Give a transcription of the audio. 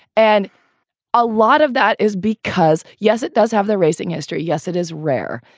and a lot of that is because, yes, it does have the racing history. yes, it is rare.